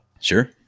sure